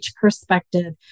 perspective